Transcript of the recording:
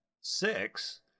Six